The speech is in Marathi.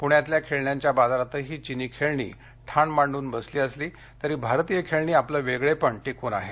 पुण्यातल्या खेळण्यांच्या बाजारातही चीनी खेळणी ठाण मांडुन बसली असली तरी भारतीय खेळणी आपलं वेगळेपण टिकवुन आहेत